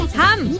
ham